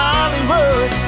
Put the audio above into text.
Hollywood